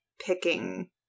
picking